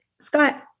Scott